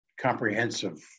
comprehensive